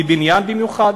בבניין במיוחד?